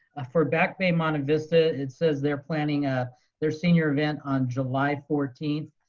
ah for back bay monte vista, it says they're planning ah their senior event on july fourteenth,